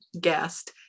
guest